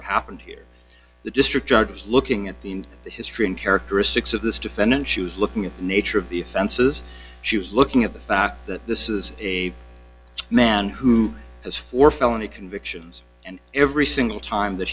what happened here the district judge is looking at the in the history and characteristics of this defendant she was looking at the nature of the offenses she was looking at the fact that this is a man who has four felony convictions and every single time that